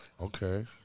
Okay